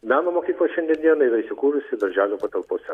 meno mokykla šiandien dienai yra įsikūrusi darželio patalpose